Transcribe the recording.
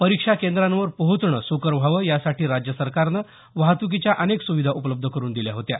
परीक्षा केंद्रांवर पोहोचणं सुकर व्हावं यासाठी राज्य सरकारनं वाहत्कीच्या अनेक सुविधा उपलब्ध करुन दिल्या होत्या